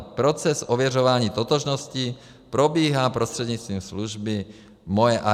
Proces ověřování totožnosti probíhá prostřednictvím služby MojeID.